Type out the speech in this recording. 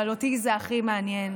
אבל אותי זה הכי מעניין.